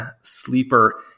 sleeper